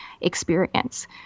experience